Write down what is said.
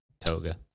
toga